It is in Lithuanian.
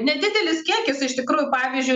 nedidelis kiekis iš tikrųjų pavyzdžiui